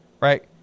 right